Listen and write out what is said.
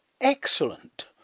Excellent